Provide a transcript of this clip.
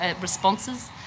responses